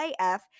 AF